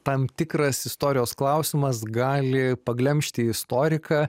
tam tikras istorijos klausimas gali paglemžti istoriką